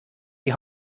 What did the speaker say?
die